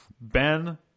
Ben